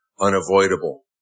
unavoidable